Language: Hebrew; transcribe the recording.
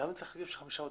למה צריך חמישה עותקים?